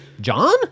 John